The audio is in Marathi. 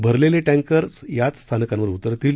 भरलेले टॅंकर याच स्थानकांवर उतरतील